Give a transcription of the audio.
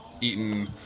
eaten